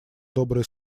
добрые